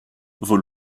vaut